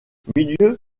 milieu